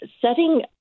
setting